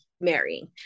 marrying